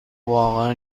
واقعا